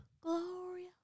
Gloria